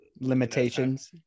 Limitations